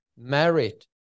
merit